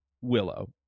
Willow